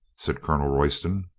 said colonel roy ston,